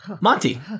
Monty